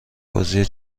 بازی